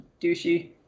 douchey